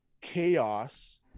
chaos